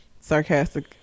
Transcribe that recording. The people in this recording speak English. sarcastic